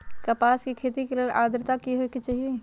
कपास के खेती के लेल अद्रता की होए के चहिऐई?